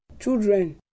children